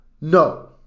no